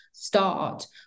start